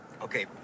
Okay